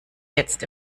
jetzt